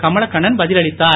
கமலக்கண்ணன் பதிலளித்தார்